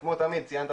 וכמו תמיד ציינת